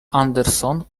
anderson